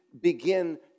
begin